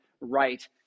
right